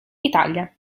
italia